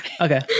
Okay